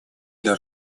для